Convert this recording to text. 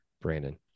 Brandon